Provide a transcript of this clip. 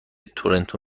تورنتو